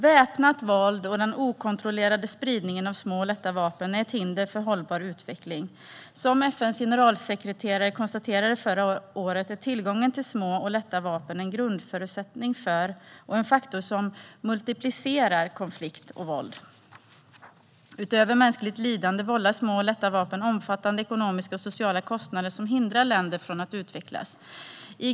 Väpnat våld och den okontrollerade spridningen av små och lätta vapen är ett hinder för hållbar utveckling. FN:s generalsekreterare konstaterade förra året att tillgången till små och lätta vapen är en grundförutsättning för konflikt och våld och att det är en faktor som multiplicerar konflikt och våld. Utöver mänskligt lidande leder användningen av små och lätta vapen till omfattande ekonomiska och sociala kostnader som hindrar länder från att utvecklas.